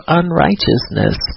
unrighteousness